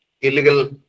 illegal